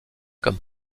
comme